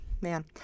Man